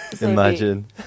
imagine